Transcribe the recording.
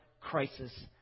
crisis